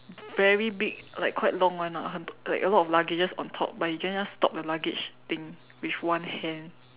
very big like quite long [one] ah like a lot of luggage just on top but you can just stop the luggage thing with one hand